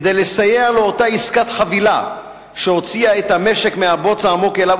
כדי לסייע לאותה עסקת חבילה שהוציאה את המשק מהבוץ העמוק שאליו